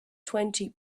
twenty